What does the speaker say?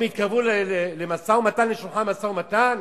הם התקרבו לשולחן המשא-ומתן?